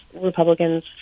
Republicans